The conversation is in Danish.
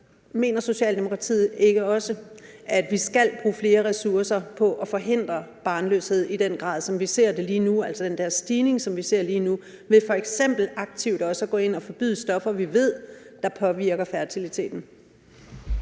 Mener Socialdemokratiet ikke også, at vi skal bruge flere ressourcer på at forhindre barnløshed i den grad, som vi ser det lige nu, altså den stigning, som vi ser lige nu, ved f.eks. aktivt at gå ind og forbyde stoffer, vi ved påvirker fertiliteten?